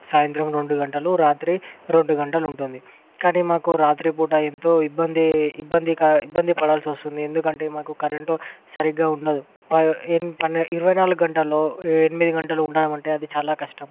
సాయంత్రం రెండు గంటలు రాత్రి రెండు గంటలు ఉంటుంది కానీ మాకు రాత్రిపూట ఎంతో ఇబ్బంది ఇబ్బంది కా ఇబ్బంది పడాల్సివస్తుంది ఎందుకంటే మాకు కరెంట్ సరిగ్గా ఉండదు ఇరవైనాలుగు గంటల్లో ఎనిమిది గంటలు ఉన్నామంటే అది చాలా కష్టం